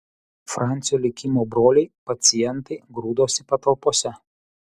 francio likimo broliai pacientai grūdosi patalpose